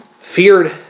feared